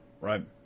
Right